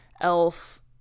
Elf